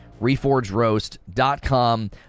reforgeroast.com